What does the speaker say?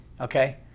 okay